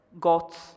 gods